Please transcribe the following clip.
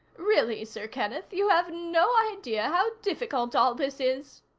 really, sir kenneth, you have no idea how difficult all this is.